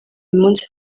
munsi